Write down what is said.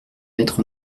mettre